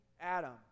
Adam